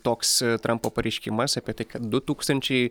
toks trampo pareiškimas apie tai kad du tūkstančiai